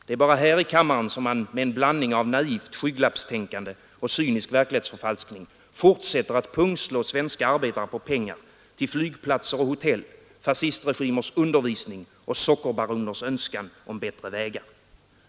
Det är bara här i kammaren, som man med en blandning av naivt skygglappstänkande och cynisk verklighetsförfalskning fortsätter att pungslå svenska arbetare på pengar till flygplatser och hotell, fascistregimers undervisning och sockerbaroners önskan om bättre vägar.